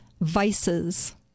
Vices